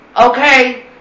Okay